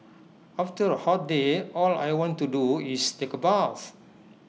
after A hot day all I want to do is take A bath